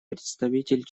представитель